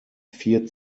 vier